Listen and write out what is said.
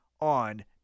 on